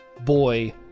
boy